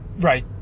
Right